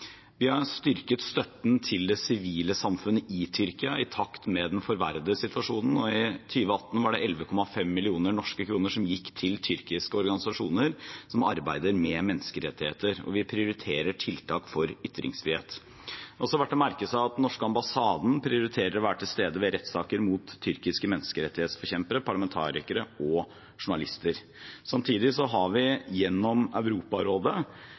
Vi har styrket støtten til det sivile samfunnet i Tyrkia i takt med den forverrede situasjonen, og i 2018 var det 11,5 millioner norske kroner som gikk til tyrkiske organisasjoner som arbeider med menneskerettigheter, og vi prioriterer tiltak for ytringsfrihet. Det er også verdt å merke seg at den norske ambassaden prioriterer å være til stede ved rettssaker mot tyrkiske menneskerettighetsforkjempere, parlamentarikere og journalister. Samtidig har vi gjennom Europarådet